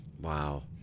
Wow